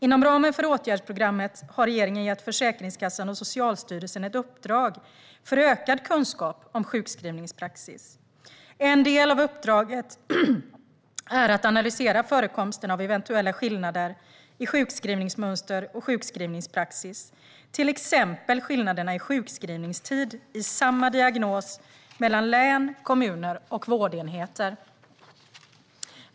Inom ramen för åtgärdsprogrammet har regeringen gett Försäkringskassan och Socialstyrelsen ett uppdrag för ökad kunskap om sjukskrivningspraxis. En del av uppdraget är att analysera förekomsten av eventuella skillnader i sjukskrivningsmönster och sjukskrivningspraxis, till exempel skillnader i sjukskrivningstid för samma diagnos mellan län, kommuner och vårdenheter.